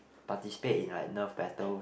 participate in like nerf battles